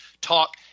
talk